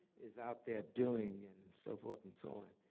is out there doing, and so forth and so on.